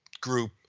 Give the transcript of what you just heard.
group